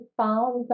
found